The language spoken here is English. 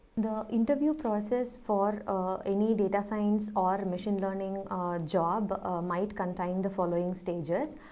the interview process for any data science or machine learning job might contain the following stages.